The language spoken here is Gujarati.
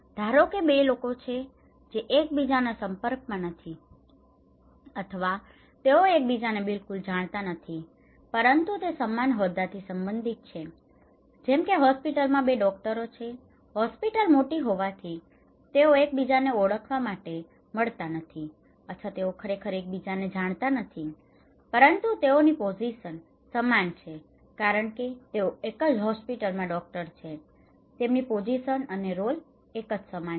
ધારો કે 2 લોકો છે જે એકબીજાના સંપર્કમાં નથી અથવા તેઓ એક બીજાને બિલકુલ જાણતા નથી પરંતુ તે સમાન હોદ્દાથી સંબંધિત છે જેમ કે હોસ્પિટલમાં 2 ડોકટરો છે હોસ્પિટલ મોટી હોવાથી તેઓ એકબીજાને ઓળખવાં માટે મળતા નથી અથવા તેઓ ખરેખર એકબીજાને જાણતા નથી પરંતુ તેઓની પોજિશન position સ્થિતિ સમાન છે કારણ કે તેઓ એક જ હોસ્પિટલમાં ડોક્ટર છે તેમની પોજિશન position સ્થિતિ અને રોલ role ભૂમિકા સમાન છે